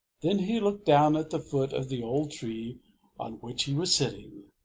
then he looked down at the foot of the old tree on which he was sitting,